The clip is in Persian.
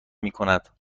میکند